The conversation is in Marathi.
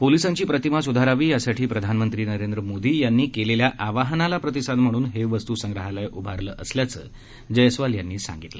पोलीसांची प्रतिमा सुधारावी यासाठी प्रधानमंत्री नरेंद्र मोदी यांनी केलेल्या आवाहनाला प्रतिसाद म्हणून हे वस्तूसंग्राहालय उभारलं असल्याचं जयस्वाल यांनी यावेळई सांगतलं